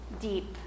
deep